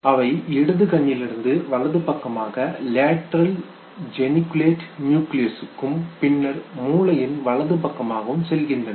அவை இடது கண்ணிலிருந்து வலது பக்கமாக லேட்டரல் ஜெனிகுலேட் நியூக்ளியஸ் க்கும் பின்னர் மூளையின் வலது பக்கமாகவும் செல்கின்றன